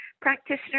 practitioner